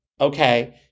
okay